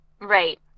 Right